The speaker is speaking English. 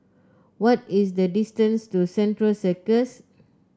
what is the distance to Central Circus